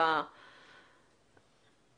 אני שמחה לשמוע.